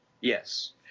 Yes